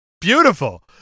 Beautiful